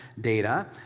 data